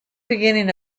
beginning